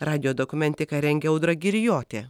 radijo dokumentiką rengia audra girjotė